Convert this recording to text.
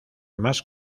más